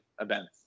events